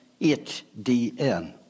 HDN